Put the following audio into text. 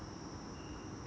okay